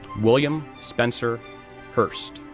william spencer hurst,